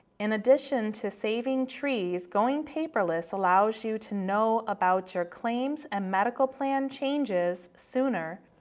in addition to saving trees, going paperless allows you to know about your claims and medical plan changes sooner.